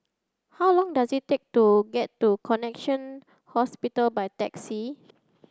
how long does it take to get to Connexion Hospital by taxi